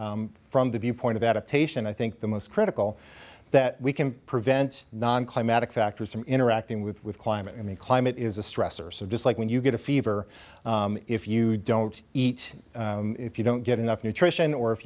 from the viewpoint of adaptation i think the most critical that we can prevent non climatic factors from interacting with climate in the climate is a stressor so just like when you get a fever if you don't eat if you don't get enough nutrition or if